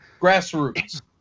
grassroots